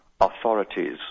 authorities